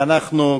אנחנו,